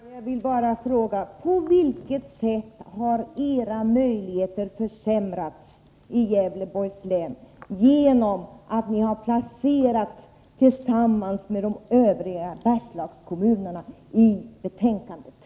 Herr talman! Jag vill bara fråga: På vilket sätt har möjligheterna försämrats i Gävleborgs län genom att denna del har placerats tillsammans med de övriga Bergslagskommunerna i betänkandet?